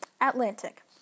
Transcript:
Atlantic